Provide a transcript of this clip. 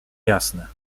jasne